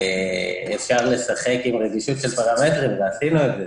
אפשר לשחק עם רגישות של פרמטרים ועשינו את זה,